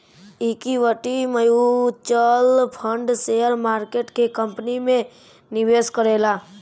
equity mutual fund share market के company में निवेश करेला